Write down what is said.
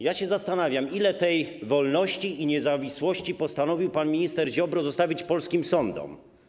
Ja się zastanawiam, ile tej wolności i niezawisłości postanowił pan minister Ziobro zostawić polskim sądom.